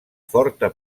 forta